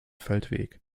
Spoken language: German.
feldweg